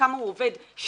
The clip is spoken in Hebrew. וכמה הוא עובד שירותי,